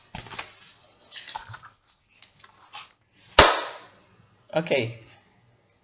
okay